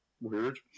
weird